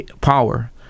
power